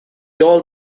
all